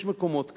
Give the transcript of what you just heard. יש מקומות כאלה,